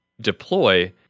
deploy